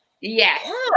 yes